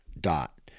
dot